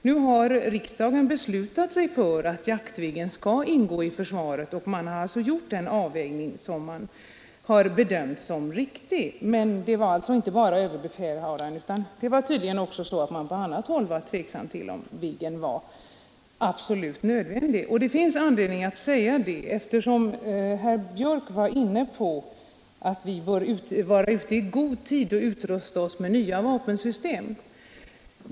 Nu har riksdagen beslutat sig för att Jaktviggen skall ingå i försvaret. Men inte bara överbefälhavaren utan tydligen också personer på annat håll var tveksamma inför frågan om Viggen var absolut nödvändig. Det finns anledning att säga det, eftersom herr Björck anförde att vi bör vara ute i god tid och utrusta oss med nya vapensystem.